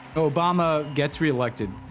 obama gets reelected,